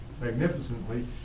magnificently